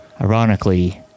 ironically